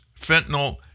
Fentanyl